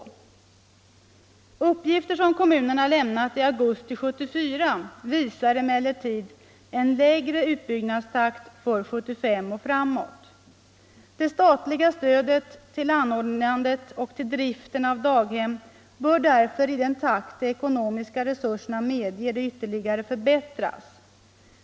Ekonomiskt stöd åt Uppgifter som kommunerna lämnat i augusti 1974 visar emellertid en lägre utbyggnadstakt för 1975 och framåt. Det statliga stödet till anordnandet och till driften av daghem bör därför i den takt de ekonomiska resurserna medger det ytterligare förbättras.